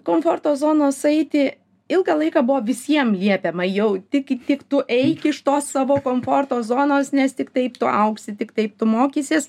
komforto zonos eiti ilgą laiką buvo visiem liepiama jau tik tik tu eik iš tos savo komforto zonos nes tik taip tu augsi tik taip tu mokysies